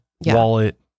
wallet